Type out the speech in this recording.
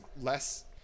less